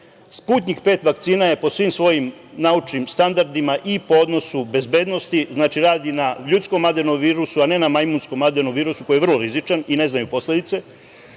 „Sputnjik V“ po svim svojim naučnim standardima i po odnosu bezbednosti radi na ljudskom adenovirusu, a ne na majmunskom adenovirusu, koji je vrlo rizičan i ne znaju posledice.